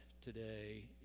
today